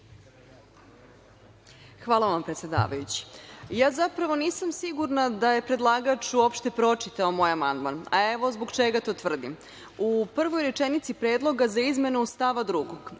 Hvala vam, predsedavajući. Ja zapravo nisam sigurna da je predlagač uopšte pročitao moj amandman, a evo zbog čega to tvrdim. U prvoj rečenici predloga za izmenu stava 2.